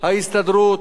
ההסתדרות,